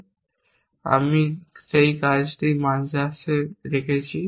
এবং আমি সেই কাজটি মাঝখানে রেখেছি